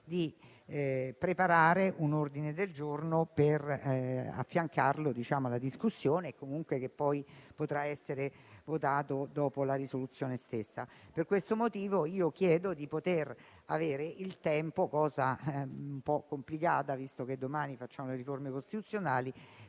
di preparare un ordine del giorno per affiancarlo alla discussione, che potrà essere votato dopo la risoluzione stessa. Per questo motivo, avanziamo una richiesta un po' complicata, visto che domani facciamo le riforme costituzionali: